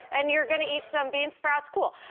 and you're gonna eat some bean sprouts, cool.